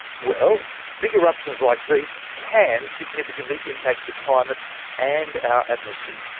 well, big eruptions like these can significantly impact the climate and our atmosphere.